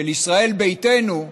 של ישראל ביתנו,